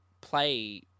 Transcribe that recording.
play